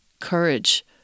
courage